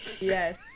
Yes